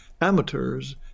amateurs